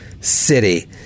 City